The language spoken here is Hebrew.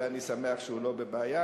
ואני שמח שהוא לא בבעיה,